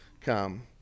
come